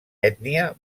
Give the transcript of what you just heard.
ètnia